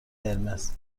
قرمز